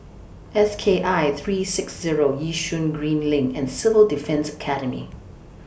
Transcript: S K I three six Zero Yishun Green LINK and Civil Defence Academy